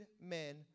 men